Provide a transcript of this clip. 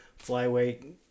flyweight